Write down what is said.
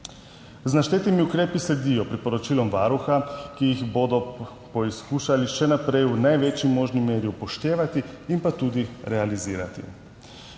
Z naštetimi ukrepi sledijo priporočilom Varuha, ki jih bodo poskušali še naprej v največji možni meri upoštevati in pa tudi realizirati.